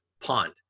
pond